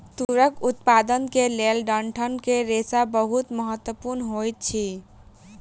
तूरक उत्पादन के लेल डंठल के रेशा बहुत महत्वपूर्ण होइत अछि